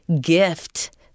gift